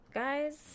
guys